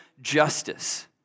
justice